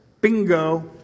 Bingo